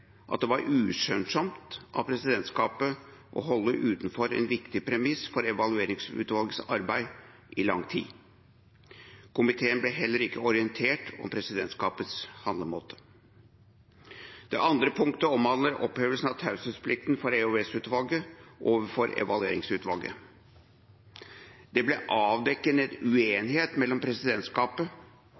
at det var uskjønnsomt av presidentskapet å holde utenfor en viktig premiss for Evalueringsutvalgets arbeid i lang tid. Komiteen ble heller ikke orientert om presidentskapets handlemåte. Det andre punktet omhandler opphevelsen av taushetsplikten for EOS-utvalget overfor Evalueringsutvalget. Det ble avdekket en uenighet mellom presidentskapet